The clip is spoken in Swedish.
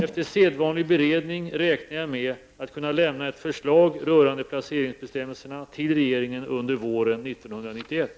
Efter sedvanlig beredning räknar jag med att kunna lämna ett förslag rörande placeringsbestämmelserna till regeringen under våren 1991.